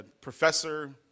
professor